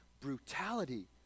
brutality